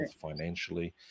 financially